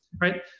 right